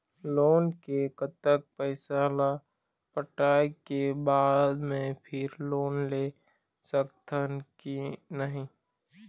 Loan के कतक पैसा ला पटाए के बाद मैं फिर लोन ले सकथन कि नहीं?